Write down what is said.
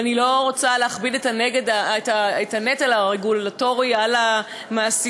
ואני לא רוצה להכביד את הנטל הרגולטורי על המעסיקים.